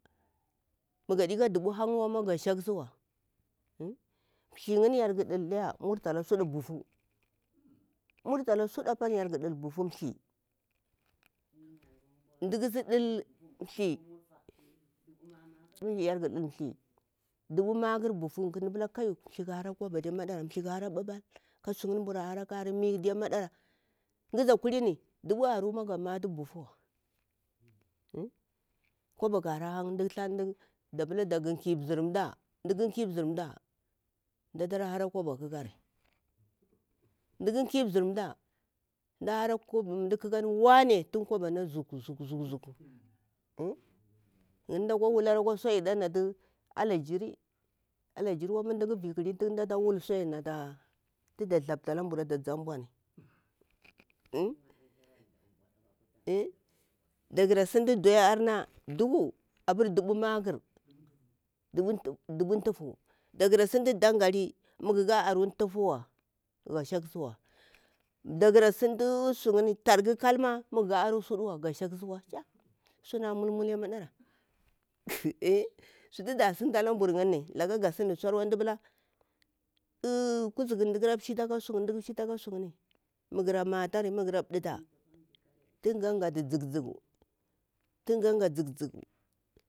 Mu gaɗeka bubu hang mawa gaɗe shaksuwa thi yinni diya yarku dil thi murtala sudu bufu mda ƙara ɗin thi bufu budu marƙar thi ƙa hara ɓuɓal yinni mburu hara kari mi diya maɗara ghaza kulini dubu ar ma ga matu bufur thi wa kwaba ƙa hara hang dak thatu dakki mzir mda, mdata ra hara kwaba ƙakari mda ƙaki mzir mda daka hara kwaba ƙakari, mun pila wan e tun kwaba na zuk zuk yin mda akwa wulari akwa suyari nafu ala jira alajirawa tun mdata wula ata suyarni natu da thapta ata zamɓauni eeh daƙa ra sintu doya arna abur duku dubu maƙar dubu tufu daƙara sintu dangali abur mu gaka aru tufu wa ga shak suwa gaku ra sintu tar gu kal ma aru suɗuwa ga shaksuwa ya sunata mul mul diya maɗara sutu da sinta lamburu ga sin sawva eeh kuzuku mda ƙara shita ala suyinni mu gura matar mugu ƙata tunga ghatu jikjiku tunga ghatu jikjiku.